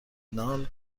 منتظر